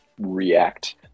react